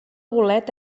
bolet